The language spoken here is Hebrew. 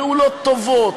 פעולות טובות,